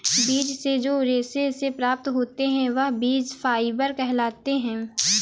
बीज से जो रेशे से प्राप्त होते हैं वह बीज फाइबर कहलाते हैं